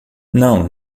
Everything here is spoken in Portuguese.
não